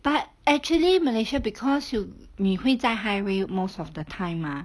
but actually malaysia because you 你会在 highway most of the time mah